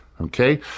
okay